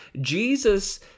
Jesus